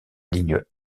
ligne